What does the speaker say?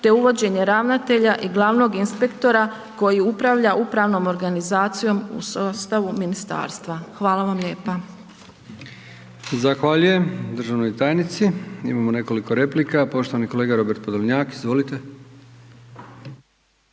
te uvođenje ravnatelja i glavnog inspektora koji upravlja upravnom organizacijom u sastavu ministarstva. Hvala vam lijepa. **Brkić, Milijan (HDZ)** Zahvaljujem državnoj tajnici. Imamo nekoliko replika, poštovani kolega Robert Podolnjak. Izvolite.